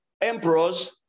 emperors